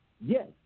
yes